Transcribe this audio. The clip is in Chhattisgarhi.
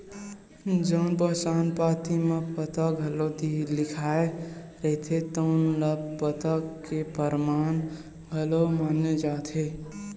जउन पहचान पाती म पता घलो लिखाए रहिथे तउन ल पता के परमान घलो माने जाथे